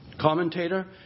commentator